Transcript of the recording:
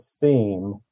theme